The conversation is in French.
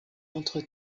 entre